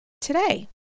Today